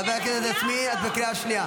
חברת הכנסת יסמין, את בקריאה ראשונה.